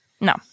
No